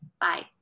Bye